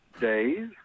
days